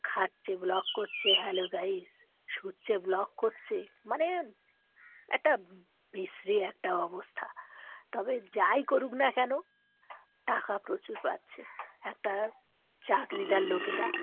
খাচ্ছে ব্লগ করছে hello guys শুচ্ছে ব্লগ করছে মানে একটা বিশ্রি একটা অবস্থা তবে যাই করুক না কেন টাকা প্রচুর পাচ্ছে একটা চাকরিদার লোকেরা